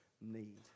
need